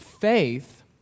faith